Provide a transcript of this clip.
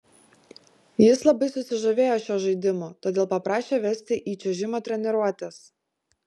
jis labai susižavėjo šiuo žaidimu todėl paprašė vesti į čiuožimo treniruotes